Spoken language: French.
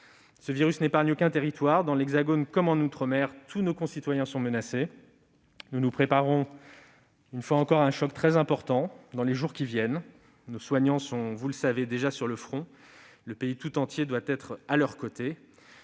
Ce virus n'épargne aucun territoire : dans l'Hexagone comme outre-mer, tous nos concitoyens sont menacés. Nous nous préparons à un choc très important dans les jours qui viennent. Nos soignants sont déjà sur le front et le pays tout entier doit être à leurs côtés.